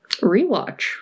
Rewatch